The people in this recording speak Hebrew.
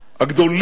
הגדולים